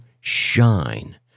shine